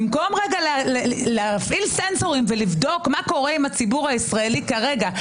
במקום רגע להפעיל סנסורים ולבדוק מה קורה עם הציבור הישראלי כרגע,